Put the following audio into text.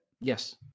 Yes